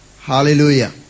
Hallelujah